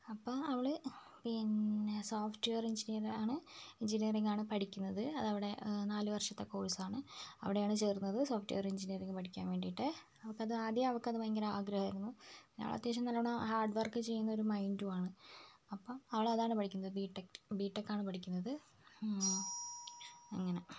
അപ്പോൾ അവൾ പിന്നെ സോഫ്ട്വെയർ എൻജിനീയർ ആണ് എൻജിനീയറിംഗ് ആണ് പഠിക്കുന്നത് അത് അവിടെ നാല് വർഷത്തെ കോഴ്സ് ആണ് അവിടെയാണ് ചേർന്നത് സോഫ്ട്വെയർ എൻജിനീയറിംഗ് പഠിക്കാൻ വേണ്ടിയിട്ട് അവൾക്ക് അത് ആദ്യമേ അവൾക്ക് അത് ഭയങ്കര ആഗ്രഹം ആയിരുന്നു പിന്നെ അവൾ അത്യാവശ്യം നല്ലവണ്ണം ഹാർഡ്വർക്ക് ചെയ്യുന്ന ഒരു മൈൻഡും ആണ് അപ്പം അവൾ അതാണ് പഠിക്കുന്നത് ബി ടെക് ട് ബി ടെക് ആണ് പഠിക്കുന്നത് അങ്ങനെ